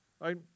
right